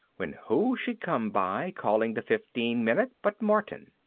when who should come by calling the fifteen minutes but martin.